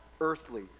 earthly